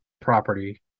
property